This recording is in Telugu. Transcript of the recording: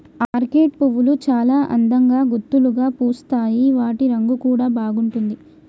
ఆర్కేడ్ పువ్వులు చాల అందంగా గుత్తులుగా పూస్తాయి వాటి రంగు కూడా బాగుంటుంది